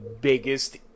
biggest